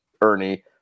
Ernie